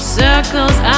circles